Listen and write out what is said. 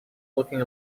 looking